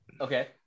Okay